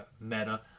Meta